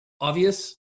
obvious